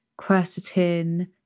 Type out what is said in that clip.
quercetin